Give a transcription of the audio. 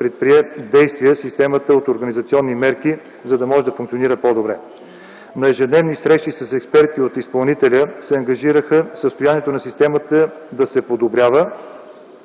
предприе действия в системата от организационни мерки, за да може да функционира по-добре. На ежедневни срещи с експерти, от изпълнителя се ангажираха състоянието на системата да се подобрява,